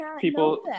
People